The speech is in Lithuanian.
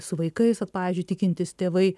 su vaikais vat pavyzdžiui tikintys tėvai